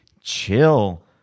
chill